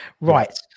right